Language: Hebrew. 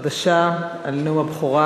החדשה על נאום הבכורה.